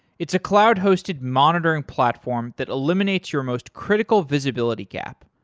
it's a cloud-hosted, monitoring platform that eliminates your most critical visibility gap,